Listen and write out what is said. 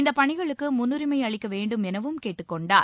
இந்தப் பணிகளுக்கு முன்னுரிமை அளிக்க வேண்டும் எனவும் கேட்டுக் கொண்டார்